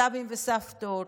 סבים וסבתות,